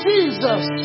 Jesus